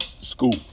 School